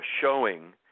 showing